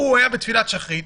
הוא היה בתפילת שחרית,